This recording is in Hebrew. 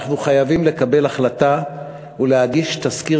אנחנו חייבים לקבל החלטה ולהגיש תזכיר